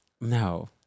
no